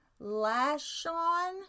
Lashon